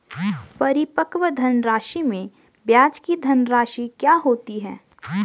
परिपक्व धनराशि में ब्याज की धनराशि क्या होती है?